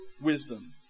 wisdom